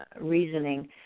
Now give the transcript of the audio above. reasoning